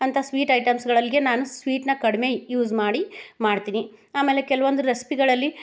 ಅಂಥ ಸ್ವೀಟ್ ಐಟಮ್ಸ್ಗಳಿಗೆ ನಾನು ಸ್ವೀಟನ್ನ ಕಡಿಮೆ ಯೂಸ್ ಮಾಡಿ ಮಾಡ್ತೀನಿ ಆಮೇಲೆ ಕೆಲವೊಂದು ರೆಸ್ಪಿಗಳಲ್ಲಿ